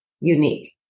unique